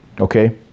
Okay